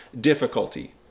difficulty